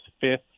fifth